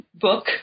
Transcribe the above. book